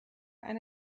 eine